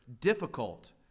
difficult